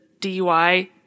DUI